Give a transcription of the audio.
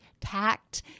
tact